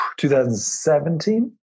2017